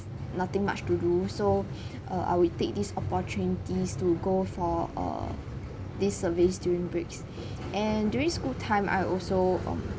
nothing much to do so uh I will take these opportunities to go for uh these surveys during breaks and during school time I also um